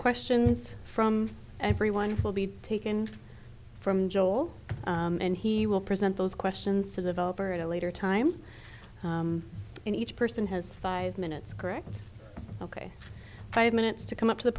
questions from everyone will be taken from joel and he will present those questions to develop or at a later time in each person has five minutes correct ok five minutes to come up to the